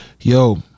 yo